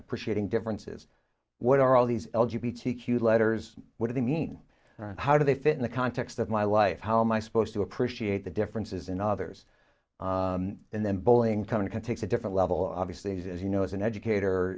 appreciating differences what are all these l g b t q letters what do they mean how do they fit in the context of my life how am i supposed to appreciate the differences in others and then bowling time to take a different level obviously is as you know as an educator